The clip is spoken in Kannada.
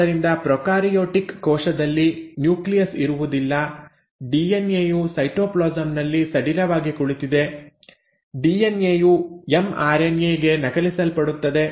ಆದ್ದರಿಂದ ಪ್ರೊಕಾರಿಯೋಟಿಕ್ ಕೋಶದಲ್ಲಿ ನ್ಯೂಕ್ಲಿಯಸ್ ಇರುವುದಿಲ್ಲ ಡಿಎನ್ಎ ಯು ಸೈಟೋಪ್ಲಾಸಂ ನಲ್ಲಿ ಸಡಿಲವಾಗಿ ಕುಳಿತಿದೆ ಡಿಎನ್ಎ ಯು ಎಮ್ಆರ್ಎನ್ಎ ಗೆ ನಕಲಿಸಲ್ಪಡುತ್ತದೆ